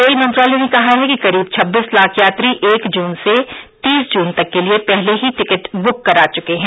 rail मंत्रालय ने कहा है कि करीब छब्बीस लाख यात्री एक जून से तीस जून तक के लिए पहले ही टिकट बुक करा चुके हैं